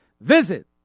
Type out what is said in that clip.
Visit